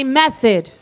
method